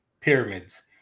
pyramids